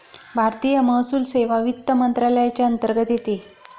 भारतीय महसूल सेवा वित्त मंत्रालयाच्या अंतर्गत येते